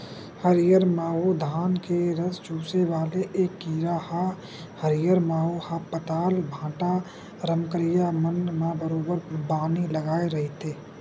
हरियर माहो धान के रस चूसे वाले ऐ कीरा ह हरियर माहो ह पताल, भांटा, रमकरिया मन म बरोबर बानी लगाय रहिथे